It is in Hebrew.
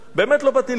באמת לא באתי לעימות,